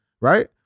Right